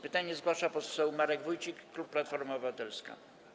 Pytanie zgłasza poseł Marek Wójcik, klub Platforma Obywatelska.